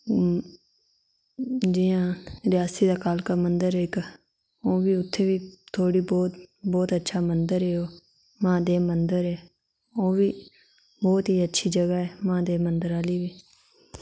जि'यां रियासी दा कालका मंदर इक्क ओह्बी उत्थै थोह्ड़ी बहुत अच्छा मंदर ऐ ओह् मां दे मंदर ओह्बी बहुत ई अच्छी जगह ऐ मां दे मंदर आह्ली बी